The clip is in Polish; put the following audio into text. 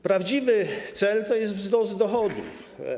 Prawdziwy cel to jest wzrost dochodów.